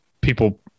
people